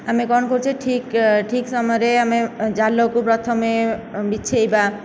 ଆମେ କ'ଣ କରୁଛେ ଠିକ ଠିକ ସମୟରେ ଆମେ ଜାଲକୁ ପ୍ରଥମେ ବିଛେଇବା